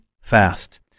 fast